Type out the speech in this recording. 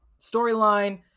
storyline